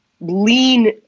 lean